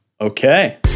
Okay